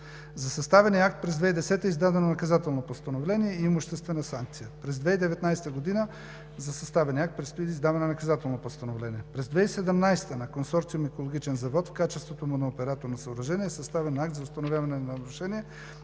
За съставения акт през 2010 г. е издадено наказателно постановление „имуществена санкция“. През 2019 г. за съставения акт предстои издаване на наказателно постановление. През 2017 г. на Консорциум „Екологичен завод“ в качеството му на оператор на съоръжение е съставен акт за установяване на нарушения